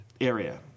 area